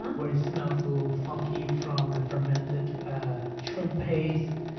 um where it smells a little funky from the fermented shrimp paste,